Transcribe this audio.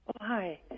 Hi